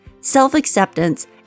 self-acceptance